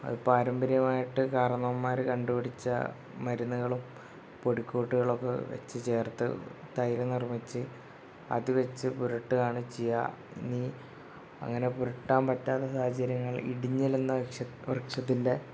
അത് പാരമ്പര്യമായിട്ട് കാര്ന്നോമ്മാർ കണ്ടുപിടിച്ച മരുന്നുകളും പൊടിക്കൂട്ടുകൾ ഒക്കെ വെച്ച് ചേർത്ത് തൈര് നിർമ്മിച്ച് അത് വെച്ച് പുരട്ടുകയാണ് ചെയ്യുക ഇനി അങ്ങനെ പുരട്ടാൻ പറ്റാത്ത സാഹചര്യങ്ങൾ ഇടിഞ്ഞിൽ എന്ന വൃക്ഷം വൃക്ഷത്തിൻ്റെ